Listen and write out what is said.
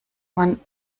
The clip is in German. man